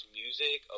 music